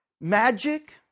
magic